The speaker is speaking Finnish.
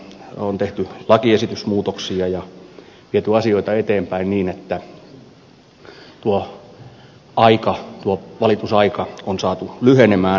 on tehty lakiesitysmuutoksia ja viety asioita eteenpäin niin että tuo valitusaika on saatu lyhenemään